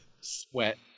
sweat